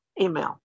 email